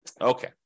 okay